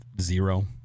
zero